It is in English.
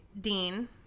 Dean